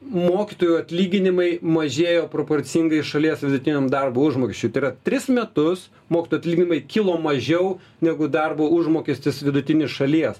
mokytojų atlyginimai mažėjo proporcingai šalies vidutiniam darbo užmokesčiui tai yra tris metus mokytojų atlyginimai kilo mažiau negu darbo užmokestis vidutinis šalies